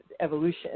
evolution